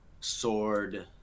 sword